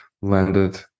landed